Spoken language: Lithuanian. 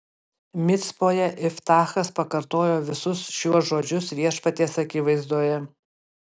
micpoje iftachas pakartojo visus šiuos žodžius viešpaties akivaizdoje